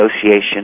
Association